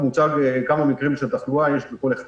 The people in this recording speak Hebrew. מוצגים כמה מקרים של תחלואה בכל אחד